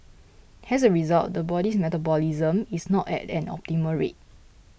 as a result the body's metabolism is not at an optimal rate